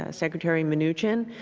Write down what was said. ah secretary mnuchin,